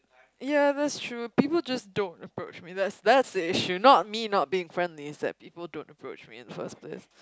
ya people that's true people just don't approach me that that's the issue not me not being friendly it's that people don't approach me in the first place